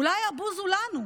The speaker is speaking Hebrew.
אולי הבוז הוא לנו,